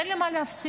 אין לי מה להפסיד.